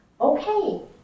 Okay